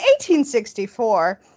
1864